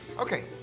Okay